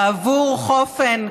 בעבור חופן,